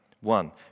One